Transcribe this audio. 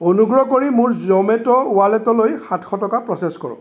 অনুগ্ৰহ কৰি মোৰ জমেট' ৱালেটলৈ সাতশ টকা প্ৰ'চেছ কৰক